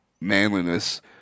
manliness